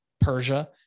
Persia